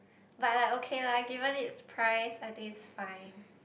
but like okay lah given its price I think its fine